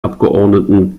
abgeordneten